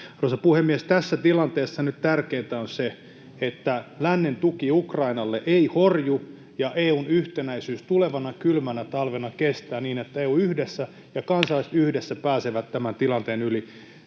Arvoisa puhemies! Tässä tilanteessa nyt tärkeintä on se, että lännen tuki Ukrainalle ei horju ja EU:n yhtenäisyys tulevana kylmänä talvena kestää niin, että EU yhdessä ja kansalaiset yhdessä pääsevät tämän tilanteen yli.